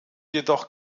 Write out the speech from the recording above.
jedoch